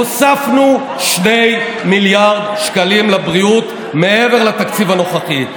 הוספנו 2 מיליארד שקלים לבריאות מעבר לתקציב הנוכחי.